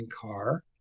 car